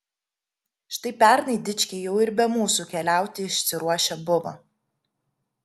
štai pernai dičkiai jau ir be mūsų keliauti išsiruošę buvo